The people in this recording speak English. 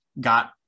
got